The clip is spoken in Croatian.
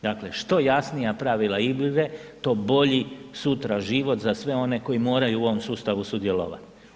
Dakle, što jasnija pravila igre, to bolji sutra život za sve one koji moraju u ovom sustavu sudjelovati.